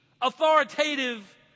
authoritative